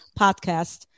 podcast